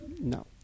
No